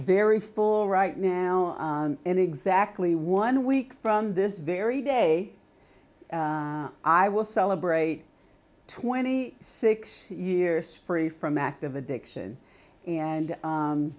very full right now and exactly one week from this very day i will celebrate twenty six years free from active addiction and